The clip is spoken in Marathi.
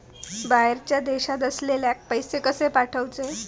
बाहेरच्या देशात असलेल्याक पैसे कसे पाठवचे?